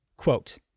Quote